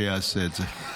שייעשה את זה.